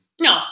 No